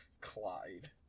Clyde